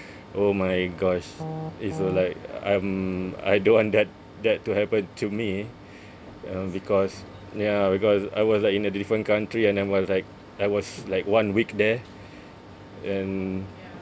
oh my gosh it's like I'm I don't want that that to happen to me um because ya because I was like in a different country and then was like I was like one week there and